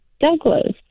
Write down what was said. Douglas